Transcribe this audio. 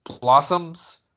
blossoms